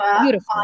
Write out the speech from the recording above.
beautiful